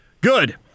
Good